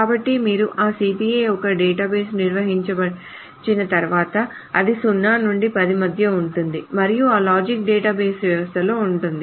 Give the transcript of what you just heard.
కాబట్టి మీరు ఆ సిపిఏ యొక్క డేటాబేస్ను నిర్వచించిన తర్వాత అది 0 నుండి 10 మధ్య ఉంటుంది మరియు ఆ లాజిక్ డేటాబేస్ వ్యవస్థలో ఉంటుంది